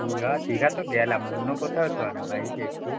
দীঘা দীঘা তো গেলাম অন্য কোথাও চল না ভাই একটু